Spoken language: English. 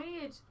weird